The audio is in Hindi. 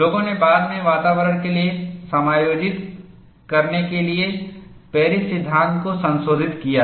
लोगों ने बाद में वातावरण के लिए समायोजित करने के लिए पेरिस सिद्धांत को संशोधित किया है